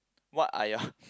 what are your